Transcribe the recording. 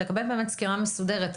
לקבל סקירה מסודרת.